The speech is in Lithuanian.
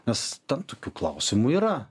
nes tam tokių klausimų yra